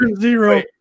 Zero